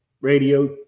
radio